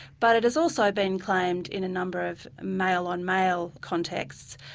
but it has also been claimed in a number of male on male contexts,